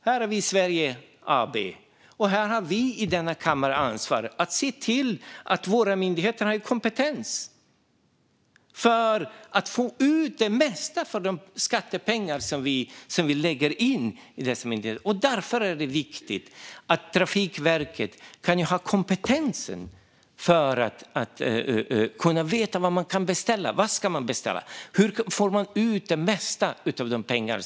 Här har vi Sverige AB, och vi i denna kammare har ansvar för att se till att våra myndigheter har kompetens för att få ut det mesta av de skattepengar som vi lägger in i dem. Därför är det viktigt att Trafikverket har kompetensen att veta vad man kan och ska beställa, så att man får ut så mycket som möjligt av pengarna.